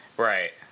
Right